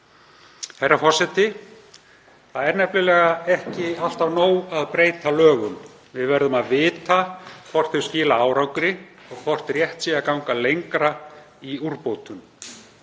Það er nefnilega ekki alltaf nóg að breyta lögum. Við verðum að vita hvort það skilar árangri og hvort rétt sé að ganga lengra í úrbótum.